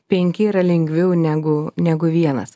penki yra lengviau negu negu vienas